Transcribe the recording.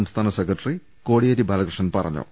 സംസ്ഥാന secretary Kodiyeri Balakrishnan പറഞ്ഞു